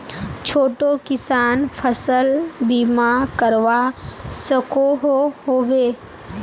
छोटो किसान फसल बीमा करवा सकोहो होबे?